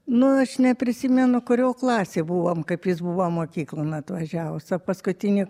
nu aš neprisimenu kurio klasėj buvom kaip jis buvo mokyklon atvažiavus paskutinį